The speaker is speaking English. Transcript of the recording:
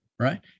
Right